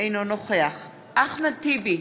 אינו נוכח אחמד טיבי,